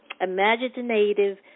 imaginative